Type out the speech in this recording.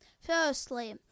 Firstly